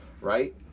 right